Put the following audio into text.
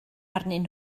arnyn